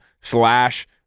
slash